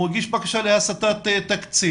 הוא הגיש בקשה להסטת תקציב,